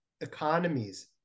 economies